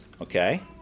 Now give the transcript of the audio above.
Okay